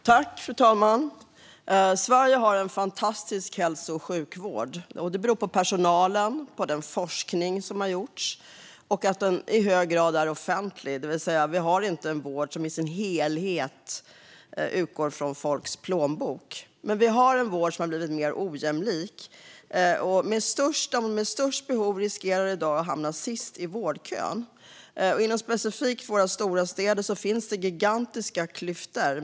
Fru talman! Sverige har en fantastisk hälso och sjukvård. Det beror på personalen, forskningen och att vården i hög grad är offentlig. Vi har inte en vård som i sin helhet utgår från folks plånbok. Men vi har en vård som har blivit mer ojämlik. De med störst behov riskerar att hamna sist i vårdkön, och specifikt i våra stora städer finns gigantiska klyftor.